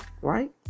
right